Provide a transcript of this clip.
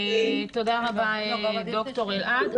תודה רבה, ד"ר אלעד.